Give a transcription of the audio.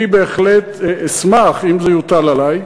אני בהחלט אשמח אם זה יוטל עלי,